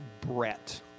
Brett